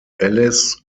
alice